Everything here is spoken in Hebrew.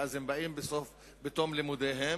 ואז הם באים בתום לימודיהם